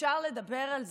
אפשר לדבר על זה.